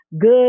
Good